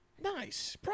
Nice